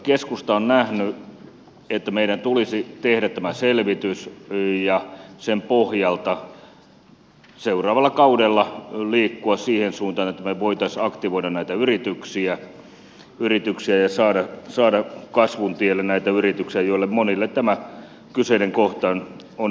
keskusta on nähnyt että meidän tulisi tehdä tämä selvitys ja sen pohjalta seuraavalla kaudella liikkua siihen suuntaan että me voisimme aktivoida yrityksiä ja saada kasvun tielle näitä yrityksiä joille monille tämä kyseinen kohta on erittäin vaikea